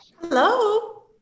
Hello